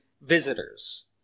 visitors